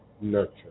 nurture